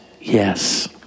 Yes